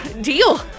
Deal